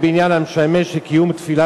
הצעת חוק לתיקון פקודת מסי העירייה